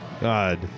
God